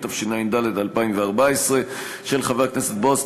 התשע"ד 2014,